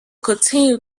continued